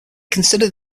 considered